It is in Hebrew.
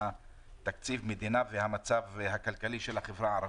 תקציב המדינה והמצב הכלכלי של החברה הערבית.